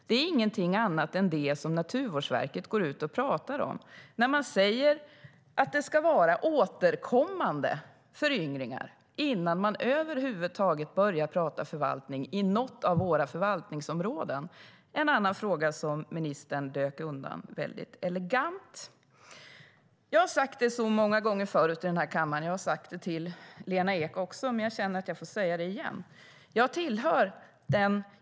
Det är ingenting annat än det som Naturvårdsverket går ut och pratar om när man säger att det ska vara återkommande föryngringar innan man över huvud taget börjar prata om förvaltning i något av våra förvaltningsområden. Det är en annan fråga som ministern dök undan väldigt elegant. Jag har sagt det så många gånger förut i denna kammare, också till Lena Ek, men jag känner att jag måste säga det igen.